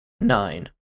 nine